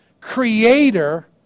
creator